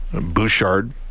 Bouchard